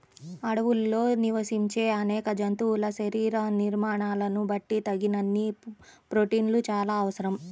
అడవుల్లో నివసించే అనేక జంతువుల శరీర నిర్మాణాలను బట్టి తగినన్ని ప్రోటీన్లు చాలా అవసరం